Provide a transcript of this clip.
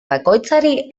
bakoitzari